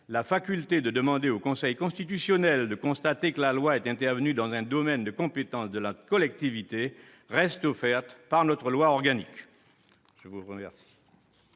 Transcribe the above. la faculté de demander au Conseil constitutionnel de constater que la loi est intervenue dans un domaine de compétence de la collectivité est prévue par la loi organique.